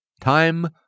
Time